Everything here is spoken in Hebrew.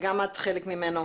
שגם את חלק ממנו,